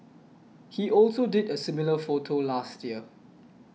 he also did a similar photo last year